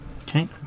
Okay